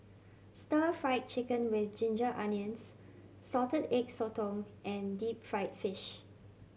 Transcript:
Stir Fried Chicken With Ginger Onions Salted Egg Sotong and deep fried fish